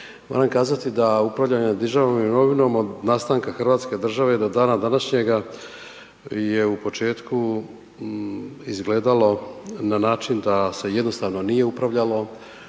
Moram kazati da upravljanje državnom imovinom od nastanka hrvatske države do dana današnjega je u početku izgledalo na način da se jednostavno nije upravljalo,